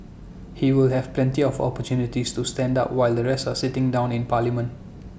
he will have plenty of opportunities to stand up while the rest are sitting down in parliament